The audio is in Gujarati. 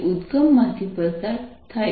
તે ઉદ્દગમ માંથી પસાર થાય છે